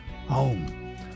Home